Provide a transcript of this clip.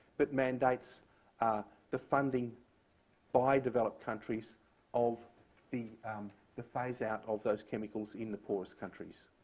but mandates ah the funding by developed countries of the the phase out of those chemicals in the poorest countries.